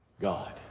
God